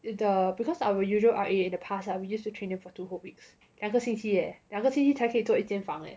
if the because our usual R_A in the past ah we used to train them for two whole weeks 两个星期 eh 两个星期才可以做一间房 leh